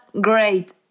great